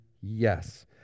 yes